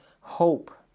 hope